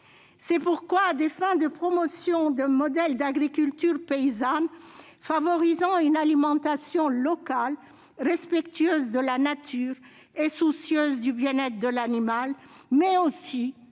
C'est pourquoi, à des fins de promotion d'un modèle d'agriculture paysanne favorisant une alimentation locale, respectueuse de la nature et soucieuse du bien-être de l'animal, mais aussi